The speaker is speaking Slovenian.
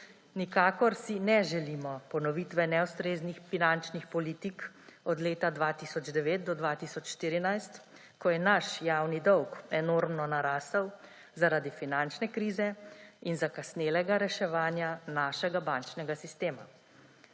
Nikakor si ne želimo ponovitve neustreznih finančnih politik. Od leta 2009 do 2014, ko je naš javni dolg enormno narasel zaradi finančne krize in zakasnelega reševanja našega bančnega sistema.